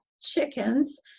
chickens